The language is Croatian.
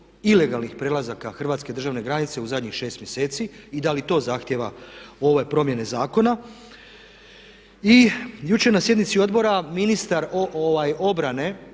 ilegalnih prelazaka hrvatske državne granice u zadnjih šest mjeseci i da li to zahtijeva ove promjene zakona. I jučer na sjednici odbora ministar obrane